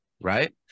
right